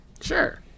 Sure